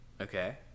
okay